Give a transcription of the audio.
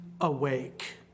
awake